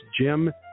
Jim